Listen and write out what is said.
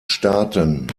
staaten